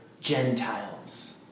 Gentiles